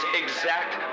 exact